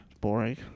boring